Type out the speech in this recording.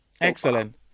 Excellent